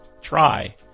try